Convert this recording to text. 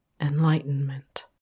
enlightenment